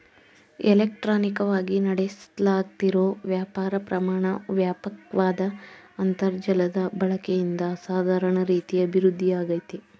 ಇಲೆಕ್ಟ್ರಾನಿಕವಾಗಿ ನಡೆಸ್ಲಾಗ್ತಿರೋ ವ್ಯಾಪಾರ ಪ್ರಮಾಣ ವ್ಯಾಪಕ್ವಾದ ಅಂತರ್ಜಾಲದ ಬಳಕೆಯಿಂದ ಅಸಾಧಾರಣ ರೀತಿ ಅಭಿವೃದ್ಧಿಯಾಗಯ್ತೆ